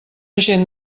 gent